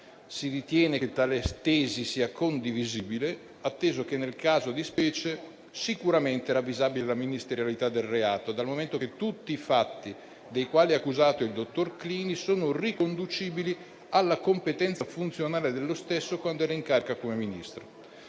Si ritiene che tale tesi sia condivisibile, atteso che nel caso di specie è sicuramente ravvisabile la ministerialità del reato, dal momento che tutti i fatti dei quali è accusato il dottor Clini sono riconducibili alla competenza funzionale dello stesso quando era in carica come Ministro.